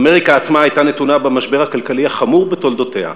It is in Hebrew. אמריקה עצמה הייתה נתונה במשבר הכלכלי החמור בתולדותיה.